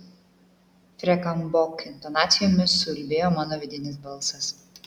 freken bok intonacijomis suulbėjo mano vidinis balsas